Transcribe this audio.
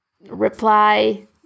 reply